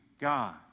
God